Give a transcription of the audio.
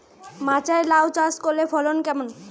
মাচায় লাউ চাষ করলে ফলন কেমন?